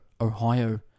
Ohio